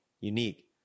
unique